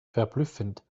verblüffend